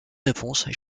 réponses